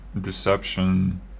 deception